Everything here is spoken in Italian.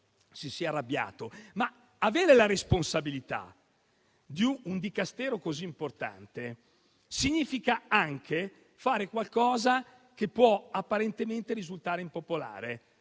Ma avere la responsabilità di un Dicastero così importante significa anche fare qualcosa che può apparentemente risultare impopolare,